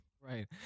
Right